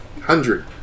hundred